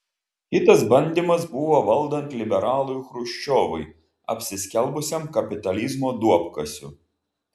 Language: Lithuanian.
kitas bandymas buvo valdant liberalui chruščiovui apsiskelbusiam kapitalizmo duobkasiu